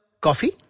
coffee